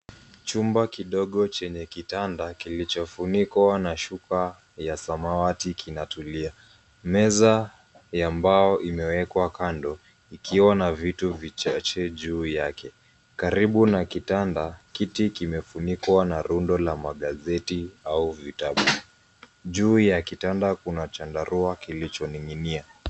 Chumba kidogo chenye kitanda kilichofunikwa na shuka ya samawati kinatulia. Meza ya mbao imewekwa kando ikiwa na vitu vichache juu yake. Karibu na kitanda kiti kimefunikwa na rundo la magazeti au vitabu. Juu ya kitanda kuna chandarua kilichoning'inia.